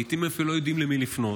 לעיתים הם אפילו לא יודעים למי לפנות.